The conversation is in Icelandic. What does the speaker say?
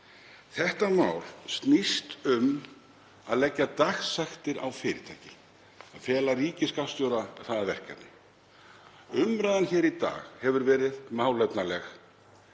Þetta mál snýst um að leggja dagsektir á fyrirtæki, fela ríkisskattstjóra það verkefni. Umræðan hér í dag hefur verið málefnaleg